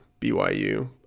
BYU